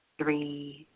three,